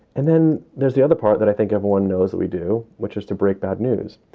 and then there's the other part that i think everyone knows that we do, which is to break bad news,